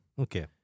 Okay